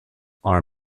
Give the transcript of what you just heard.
are